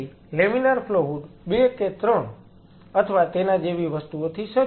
તેથી laminar flow hood 2 કે 3 અથવા તેના જેવી વસ્તુઓથી સજ્જ હશે